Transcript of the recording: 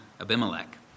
Abimelech